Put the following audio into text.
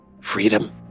freedom